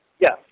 Yes